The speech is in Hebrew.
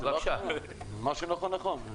מה שנכון נכון.